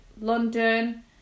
London